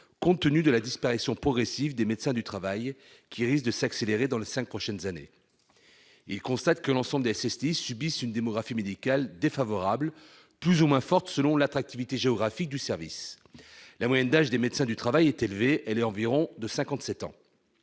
compte tenu de la disparition progressive des médecins du travail, laquelle risque de s'accélérer dans les cinq prochaines années. Ils constatent que l'ensemble des SSTI subit une démographie médicale défavorable, plus ou moins forte selon l'attractivité géographique du service. La moyenne d'âge des médecins du travail est élevée, puisqu'elle est de cinquante-sept ans